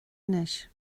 anois